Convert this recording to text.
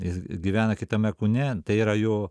jis gyvena kitame kūne tai yra jo